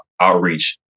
outreach